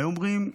הם אומרים: